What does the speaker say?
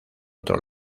otro